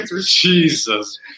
Jesus